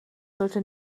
sollte